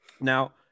now